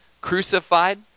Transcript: crucified